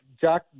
Jack